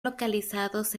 localizados